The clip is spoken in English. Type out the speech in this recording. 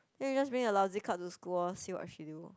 then you just bring a lousy card to school orh see what she do